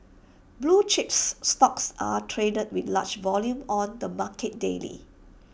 blue chips stocks are traded with large volume on the market daily